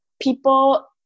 people